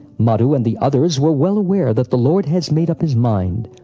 madhu and the others were well aware that the lord had made up his mind,